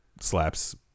slaps